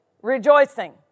Rejoicing